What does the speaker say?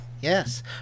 Yes